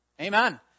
Amen